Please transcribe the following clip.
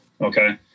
Okay